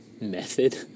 method